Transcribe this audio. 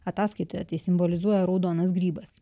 ataskaitoje tai simbolizuoja raudonas grybas